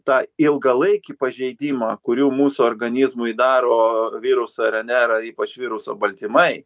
tą ilgalaikį pažeidimą kurių mūsų organizmui daro virus rnr ir ypač viruso baltymai